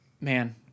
man